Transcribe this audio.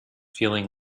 feeling